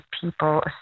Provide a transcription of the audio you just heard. people